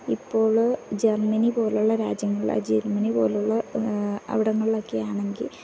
ഇപ്പോൾ ജർമ്മനി പോലെയുള്ള രാജ്യങ്ങളിൽ ജർമ്മനി പോലെയുള്ള അവിടങ്ങളിലൊക്കെ ആണെങ്കിൽ